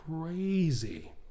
crazy